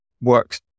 works